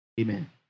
Amen